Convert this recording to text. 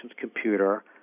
computer